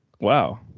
Wow